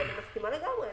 אני מסכימה לגמרי,